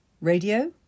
Radio